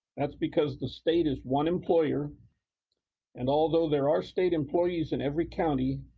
that's because the state is one employer and although there are state employees in every county,